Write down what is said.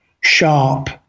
sharp